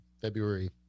February